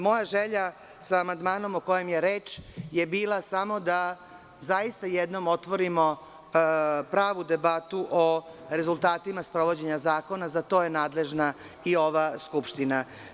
Moja želja sa amandmanom o kojem je reč je bila samo da zaista jednom otvorimo pravu debatu o rezultatima sprovođenja zakona za to je nadležna i ova skupština.